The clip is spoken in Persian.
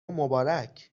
مبارک